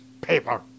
paper